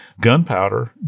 gunpowder